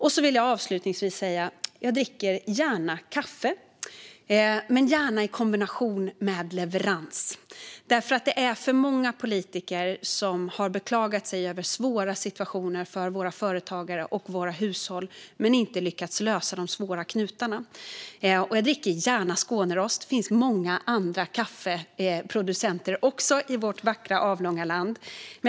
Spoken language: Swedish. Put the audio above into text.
Jag vill avslutningsvis säga att jag gärna dricker kaffe men gärna i kombination med leverans. Det är för många politiker som har beklagat sig över svåra situationer för våra företagare och hushåll men som inte har lyckats lösa de svåra knutarna. Jag dricker gärna Skånerost, även om det finns många andra kaffesorter i vårt vackra avlånga land.